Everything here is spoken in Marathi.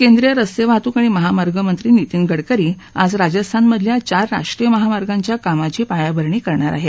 केंद्रीय रस्ते वाहतुक आणि महामार्ग मंत्री नितीन गडकरी आज राजस्थानमधल्या चार राष्ट्रीय महामार्गांच्या कामाची पायाभरणी करणार आहेत